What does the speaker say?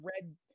red